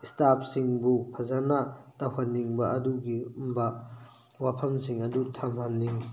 ꯏꯁꯇꯥꯐꯁꯤꯡꯕꯨ ꯐꯖꯟꯅ ꯇꯧꯍꯟꯅꯤꯡꯕ ꯑꯗꯨꯒꯤ ꯑꯗꯨꯒꯨꯝꯕ ꯋꯥꯐꯝꯁꯤꯡ ꯑꯗꯨ ꯊꯝꯍꯟꯅꯤꯡꯉꯤ